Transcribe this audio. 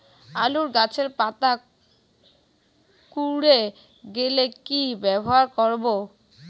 আলুর গাছের পাতা কুকরে গেলে কি ব্যবহার করব?